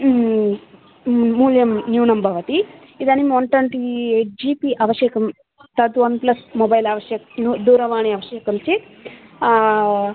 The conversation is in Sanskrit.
मूल्यं न्यूनं भवति इदानीं one twenty eight G B आवश्यकं तत् वन् प्लस् मोबैल् आवश्यकं दूरवाणी आवश्यकं चेत्